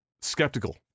skeptical